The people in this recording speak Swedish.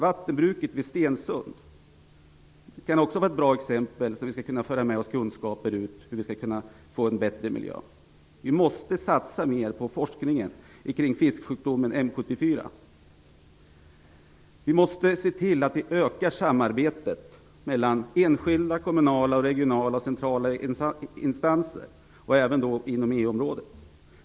Vattenbruk vid Stensund kan också vara ett bra exempel på att föra ut kunskap om hur vi skall kunna få en bättre miljö. Vi måste satsa mer på forskning kring fisksjukdomen M74. Vi måste se till att öka samarbetet mellan enskilda, kommunala, regionala och centrala instanser, även inom EU-området.